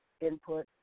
input